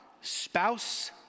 spouse